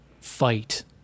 fight